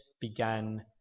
began